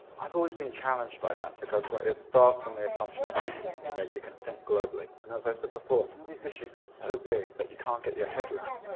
i've always been challenged by that. because it starts on the assumption you know you can think globally. and as i said before, some of these issues are so big that you can't get your head around.